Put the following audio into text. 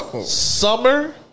summer